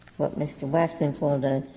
what mr. waxman told ah